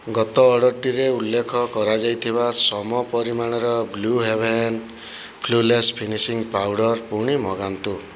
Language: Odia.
ଗତ ଅର୍ଡ଼ର୍ଟିରେ ଉଲ୍ଲେଖ କରାଯାଇଥିବା ସମପରିମାଣର Blue Heaven flawless finishing powder ପୁଣି ମଗାନ୍ତୁ